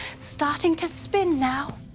starting to spin now,